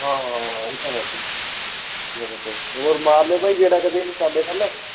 ਹਾਂ ਹਾਂ ਇਹ ਤਾਂ ਹੈ ਬਾਈ ਮੇਰੇ ਕੋਲ ਹੋਰ ਮਾਰ ਲਿਓ ਭਾਈ ਗੇੜਾ ਕਦੇ ਸਾਡੇ ਵੱਲ